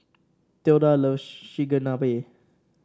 Tilda love Chigenabe